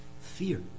Fear